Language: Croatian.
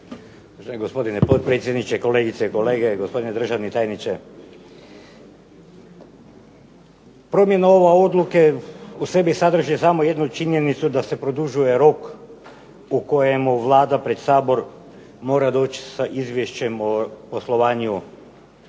potpredsjedniče, kolegice i kolege, gospodine državni tajniče. Promjena ove odluke u sebi sadrži samo jednu činjenicu da se produžuje rok u kojemu Vlada pred Sabor mora doći sa izvješćem o poslovanju